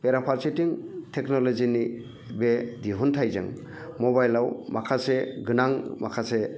बेराफारसेथिं टेकनलजिनि बे दिहुनथायजों मबाइलाव माखासे गोनां माखासे